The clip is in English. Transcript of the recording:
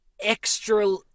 extra